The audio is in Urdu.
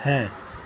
ہے